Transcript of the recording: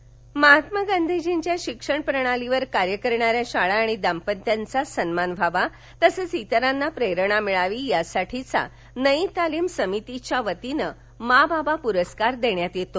माँ बाबा परस्कार महात्मा गाधीजींच्या शिक्षण प्रणालीवर कार्य करणार्या शाळा आणि दाम्पत्यांचा सन्मान व्हावा तसंच इतरांना प्रेरणा मिळावी या साठीचा नई तालीम समितीच्या वतीनं माँ बाबा प्रस्कार देण्यात येतो